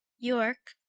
yorke,